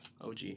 OG